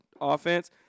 offense